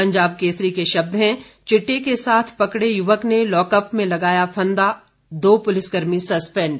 पंजाब केसरी के शब्द हैं चिट्टे के साथ पकड़े युवक ने लॉकअप में लगाया फंदा दो पुलिसकर्मी सस्पेंड